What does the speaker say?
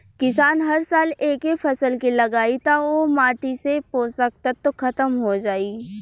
किसान हर साल एके फसल के लगायी त ओह माटी से पोषक तत्व ख़तम हो जाई